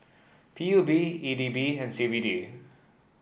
P U B E D B and C B D